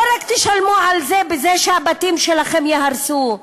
לא רק תשלמו על זה בזה שהבתים שלכם ייהרסו,